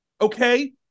Okay